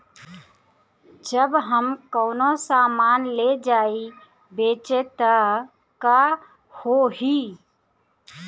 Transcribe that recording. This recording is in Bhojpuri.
जब हम कौनो सामान ले जाई बेचे त का होही?